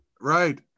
Right